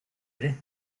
ere